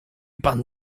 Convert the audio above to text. pan